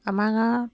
আমাৰ